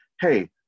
hey